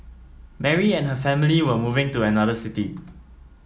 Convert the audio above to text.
Mary and her family were moving to another city